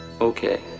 Okay